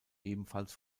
ebenfalls